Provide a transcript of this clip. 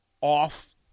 off